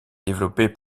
développé